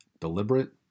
deliberate